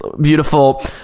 beautiful